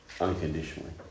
unconditionally